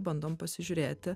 bandom pasižiūrėti